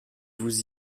vous